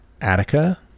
Attica